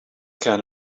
can